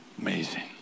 Amazing